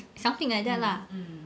something like that lah